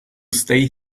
stay